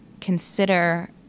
consider